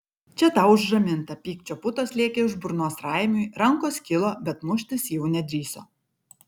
čia tau už ramintą pykčio putos lėkė iš burnos raimiui rankos kilo bet muštis jau nedrįso